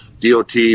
DOT